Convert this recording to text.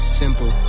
simple